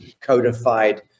codified